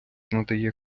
надає